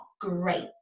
great